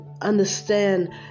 understand